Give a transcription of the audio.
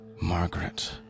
Margaret